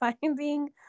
finding